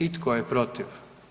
I tko je protiv?